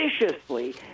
viciously